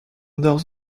d’heures